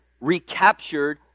recaptured